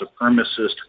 supremacist